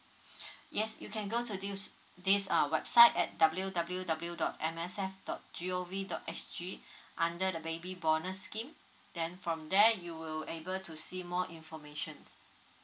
yes you can go to this this uh website at W W W dot M S F dot G O V dot S G under the baby bonus scheme then from there you will able to see more informations